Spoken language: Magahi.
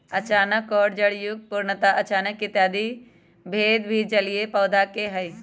अचानक और जड़युक्त, पूर्णतः अचानक इत्यादि भेद भी जलीय पौधवा के हई